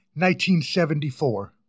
1974